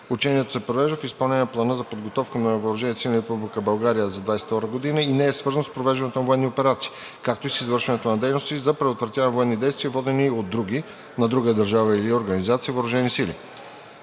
Учението се провежда в изпълнение на Плана за подготовка на въоръжените сили на Република България през 2022 г. и не е свързано с провеждането на военни операции, както и с извършването на дейности за предотвратяване на военни действия, водени от други – на друга държава или организация, въоръжени сили.